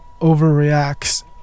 overreacts